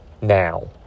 Now